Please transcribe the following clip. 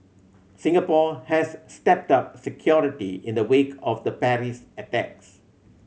Singapore has stepped up security in the wake of the Paris attacks